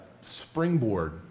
springboard